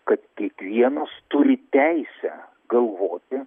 kad kiekvienas turi teisę galvoti